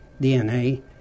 DNA